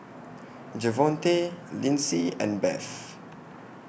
Javonte Lyndsey and Beth